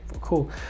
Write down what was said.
Cool